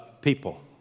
people